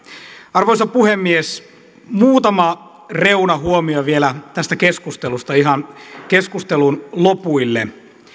arvoisa puhemies muutama reunahuomio vielä tästä keskustelusta ihan keskustelun lopuille